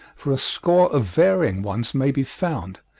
for a score of varying ones may be found,